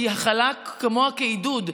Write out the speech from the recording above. כי הכלה כמוה כעידוד.